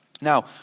Now